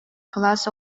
кылаас